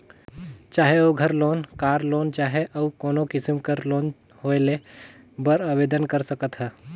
चाहे ओघर loan, car loan चहे अउ कोनो किसिम कर लोन होए लेय बर आबेदन कर सकत ह